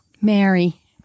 Mary